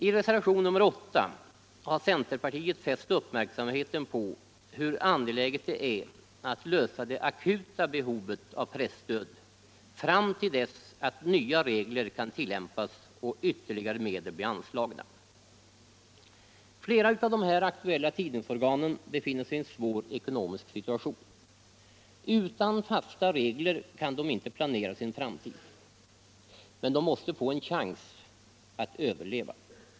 I reservationen 8 har centerpartiet fäst uppmärksamheten på hur angeläget det är att tillgodose det akuta behovet av presstöd fram till dess att nya regler kan tillämpas och ytterligare medel blir anslagna. Flera av de aktuella tidningsorganen befinner sig i en svår ekonomisk situation. Utan fasta regler kan de inte planera sin framtid. Men de måste få en chans att överleva.